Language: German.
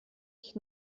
ich